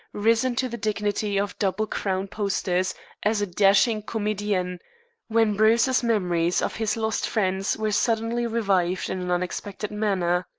risen to the dignity of double crown posters as a dashing comedienne when bruce's memories of his lost friends were suddenly revived in an unexpected manner.